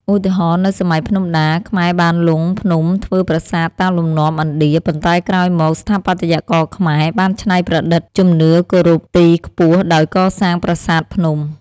ឧទាហរណ៍៖ នៅសម័យភ្នំដា ខ្មែរបានលុងភ្នំធ្វើប្រាសាទតាមលំនាំឥណ្ឌា ប៉ុន្តែក្រោយមក ស្ថាបត្យករខ្មែរបានច្នៃប្រឌិតជំនឿគោរពទីខ្ពស់ដោយកសាង ប្រាសាទភ្នំ។